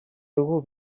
dugu